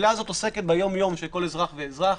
החבילה הזאת עוסקת ביום-יום של כל אזרח ואזרח